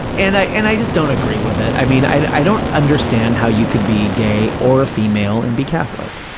and i and i just don't agree with it. i mean, i don't understand how you can be gay or a female and be catholic.